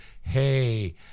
hey